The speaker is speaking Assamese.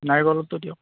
নাৰিকলৰটো দিয়ক